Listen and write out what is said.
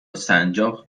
سنجاق